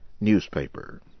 newspaper